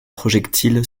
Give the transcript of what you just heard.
projectile